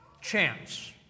chance